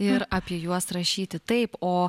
ir apie juos rašyti taip o